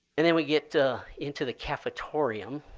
and then we get into the cafetorium.